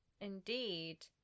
Indeed